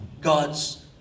God's